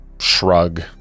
shrug